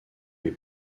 les